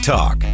Talk